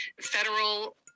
Federal